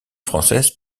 française